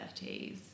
30s